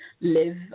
live